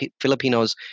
Filipinos